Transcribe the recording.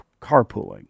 carpooling